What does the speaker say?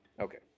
Okay